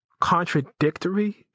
contradictory